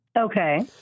Okay